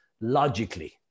logically